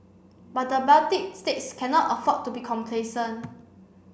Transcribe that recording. but the Baltic states cannot afford to be complacent